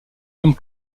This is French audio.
tom